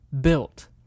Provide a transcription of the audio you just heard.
built